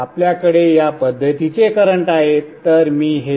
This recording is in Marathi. आपल्याकडे या पद्धतीचे करंट आहेत आपल्याकडे या पद्धतीने करंट आहेत